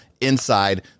inside